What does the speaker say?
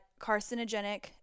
carcinogenic